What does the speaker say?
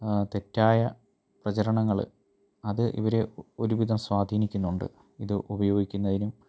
തെറ്റായ പ്രചരണങ്ങൾ അത് ഇവരെ ഒരുവിധം സ്വാധീനിക്കുന്നുണ്ട് ഇത് ഉപയോഗിക്കുന്നതിനും